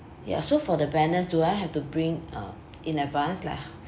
ya so for the banners do I have to bring uh in advance like